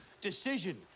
Decision